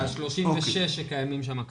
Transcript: ל-36 שקיימים שם היום.